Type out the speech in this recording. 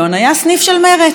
היה סניף של מרצ.